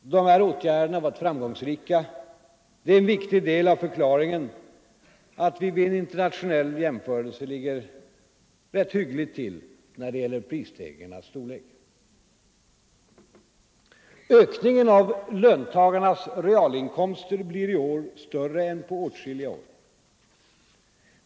Dessa åtgärder har varit framgångsrika. De är en viktig del av förklaringen till att vi vid en internationell jämförelse ligger hyggligt till när det gäller prisstegringarnas storlek. Ökningen av löntagarnas realinkomster blir i år större än på åtskilliga år.